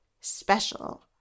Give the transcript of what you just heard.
special